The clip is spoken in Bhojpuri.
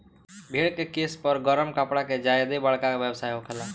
भेड़ के केश पर गरम कपड़ा के ज्यादे बरका व्यवसाय होखेला